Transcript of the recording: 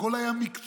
הכול היה מקצועי.